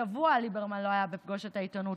שבוע ליברמן לא היה בפגוש את העיתונות.